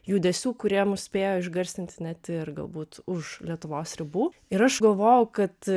judesių kurie mus spėjo išgarsinti net ir galbūt už lietuvos ribų ir aš galvoju kad